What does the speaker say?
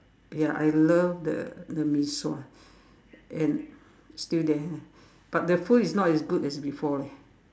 ya I love the the mee-sua and still there ah but the food is not as good as before leh